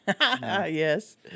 Yes